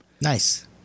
Nice